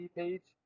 page